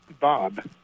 Bob